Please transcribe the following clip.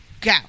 Go